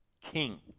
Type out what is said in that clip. king